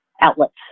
outlets